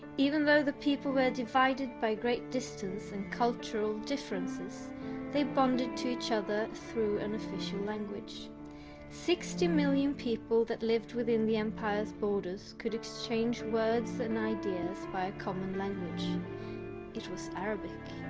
even though the people were divided by great distance and cultural differences they bonded to each other through an official language sixty million people that lived within the empire's borders could exchange words ideas by a common language it was arabic